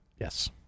Yes